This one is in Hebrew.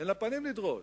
אין לה פנים לדרוש.